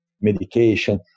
medication